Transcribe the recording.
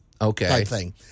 Okay